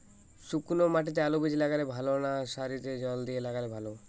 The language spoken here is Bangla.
শুক্নো মাটিতে আলুবীজ লাগালে ভালো না সারিতে জল দিয়ে লাগালে ভালো?